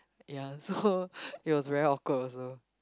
ya so it was very awkward also